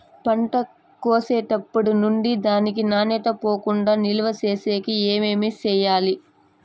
పంట కోసేటప్పటినుండి దాని నాణ్యత పోకుండా నిలువ సేసేకి ఏమేమి చేయాలి?